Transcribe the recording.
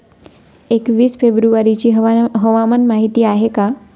एकवीस फेब्रुवारीची हवामान माहिती आहे का?